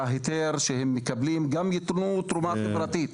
להיתר שהם מקבלים, גם יתנו תרומה חברתית.